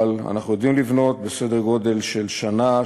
אבל אנחנו יודעים לבנות בסדר גודל של שנה,